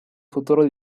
futuro